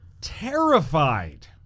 terrified